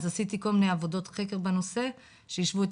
אז עשיתי כל מיני עבודות חקר בנושא שהשוו את